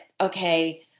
okay